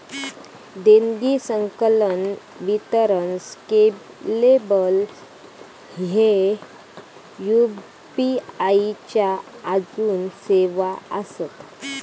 देणगी, संकलन, वितरण स्केलेबल ह्ये यू.पी.आई च्या आजून सेवा आसत